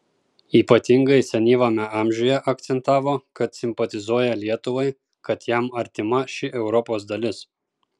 ypatingai senyvame amžiuje akcentavo kad simpatizuoja lietuvai kad jam artima šį europos dalis